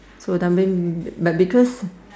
so that mean may because